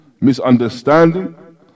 misunderstanding